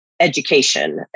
education